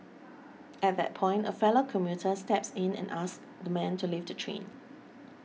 at that point a fellow commuter steps in and asks the man to leave the train